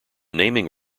naming